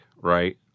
right